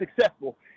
successful